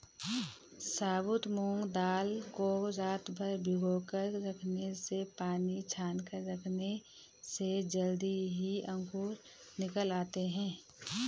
साबुत मूंग दाल को रातभर भिगोकर रखने से पानी छानकर रखने से जल्दी ही अंकुर निकल आते है